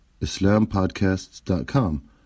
islampodcasts.com